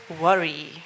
worry